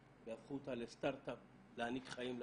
והפכו אותה לסטארט אפ להעניק חיים לאחרים.